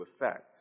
effect